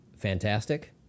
Fantastic